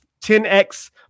10X